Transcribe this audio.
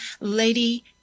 Lady